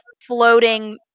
floating